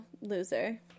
loser